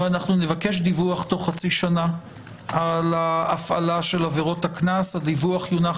ואנחנו נבקש דיווח תוך חצי שנה על ההפעלה של עבירות הקנס והדיווח יונח